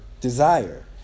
desire